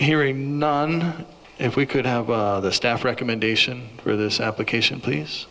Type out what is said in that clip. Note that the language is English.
hearing none and if we could have the staff recommendation for this application please